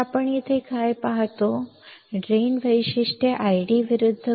तर आपण येथे काय पाहतो ड्रेन वैशिष्ट्ये ID विरुद्ध VDS आहेत